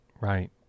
right